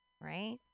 right